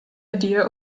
idea